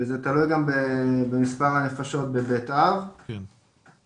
אז נאמר ונצליח להביא את הארוחה לפתח ביתו כי אין כרגע